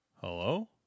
Hello